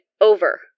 Over